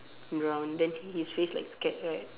brown then his face like scared right